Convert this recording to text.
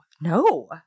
No